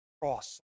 cross